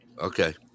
okay